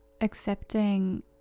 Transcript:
accepting